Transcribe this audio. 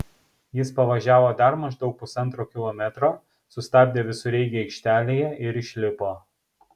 jis pavažiavo dar maždaug pusantro kilometro sustabdė visureigį aikštelėje ir išlipo